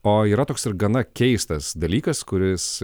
o yra toks ir gana keistas dalykas kuris